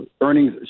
earnings